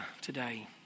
today